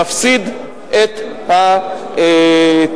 מפסיד את התמלוגים,